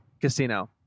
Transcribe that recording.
casino